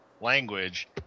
language